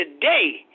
today